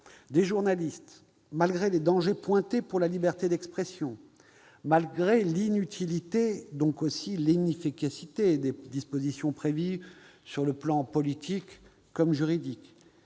des journalistes, malgré les dangers pour la liberté d'expression, malgré l'inutilité et l'inefficacité des dispositions prévues, sur le plan politique comme sur le